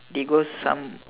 they go some